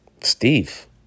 Steve